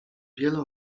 wiele